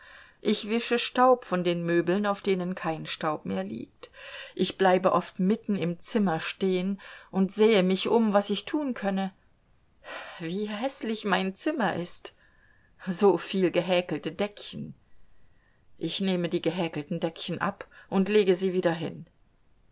ich wische staub von den möbeln auf denen kein staub mehr liegt ich bleibe oft mitten im zimmer stehen und sehe mich um was ich tun könne wie häßlich mein zimmer ist so viel gehäkelte deckchen ich nehme die gehäkelten decken ab und lege sie wieder hin